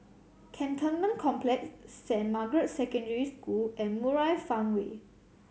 Cantonment Complex Saint Margaret's Secondary School and Murai Farmway